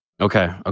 okay